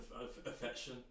Affection